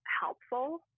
helpful